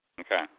Okay